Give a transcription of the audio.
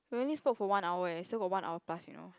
we already spoke for one hour eh still got one hour plus you know